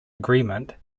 agreement